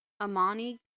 Amani